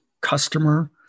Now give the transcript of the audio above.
customer